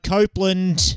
Copeland